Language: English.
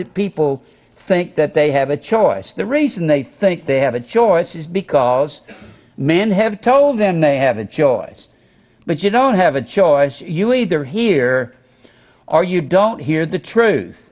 it people think that they have a choice the reason they think they have a choice is because men have told them they have a choice but you don't have a choice you either here or you don't hear the truth